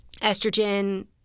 estrogen